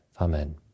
Amen